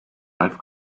life